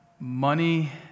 Money